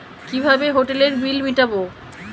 কিভাবে হোটেলের বিল মিটাব?